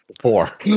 Four